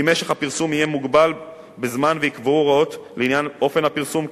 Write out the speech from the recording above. כי משך הפרסום יהיה מוגבל בזמן וייקבעו הוראות לעניין אופן הפרסום,